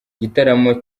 igitaramo